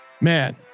man